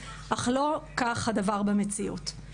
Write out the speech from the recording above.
אך לא כך הדבר במציאות.